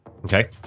Okay